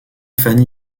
fanny